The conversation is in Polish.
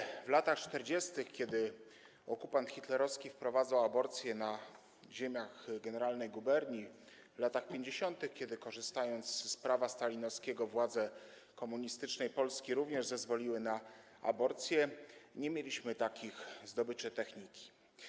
Oczywiście w latach 40., kiedy hitlerowski okupant wprowadzał aborcję na ziemiach Generalnej Guberni, w latach 50., kiedy korzystając z prawa stalinowskiego, władze komunistycznej Polski również zezwoliły na aborcję, nie mieliśmy takich zdobyczy techniki.